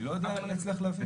אני לא יודע אם נצליח להביא.